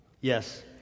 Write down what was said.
Yes